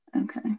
okay